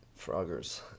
froggers